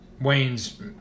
Wayne's